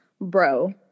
Bro